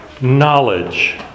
knowledge